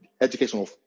educational